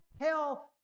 hell